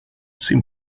seem